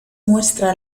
muestra